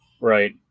Right